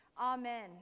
Amen